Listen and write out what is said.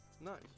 Nice